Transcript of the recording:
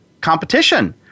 competition